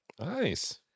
nice